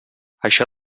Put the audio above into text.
això